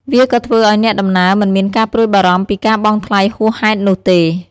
វាក៏ធ្វើឱ្យអ្នកដំណើរមិនមានការព្រួយបារម្ភពីការបង់ថ្លៃហួសហេតុនោះទេ។